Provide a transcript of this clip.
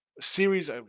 series